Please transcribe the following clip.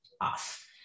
off